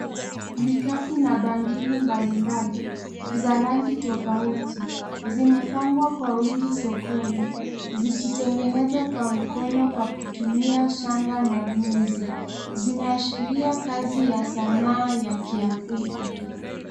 Vikapu na bangili mbalimbali za rangi tofauti, zimepangwa kwa wingi sokoni, zikitengenezwa kwa mikono kwa kutumia shanga na nyuzi, zinaashiria kazi ya sanaa ya kiafrika.